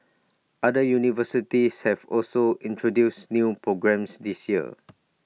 other universities have also introduced new programmes this year